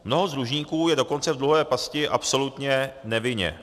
Mnoho z dlužníků je dokonce v dluhové pasti absolutně nevinně.